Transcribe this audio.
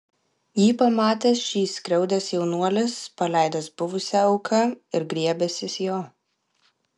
jį pamatęs šį skriaudęs jaunuolis paleidęs buvusią auką ir griebęsis jo